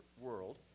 world